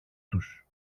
τους